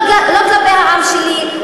לא כלפי העם שלי,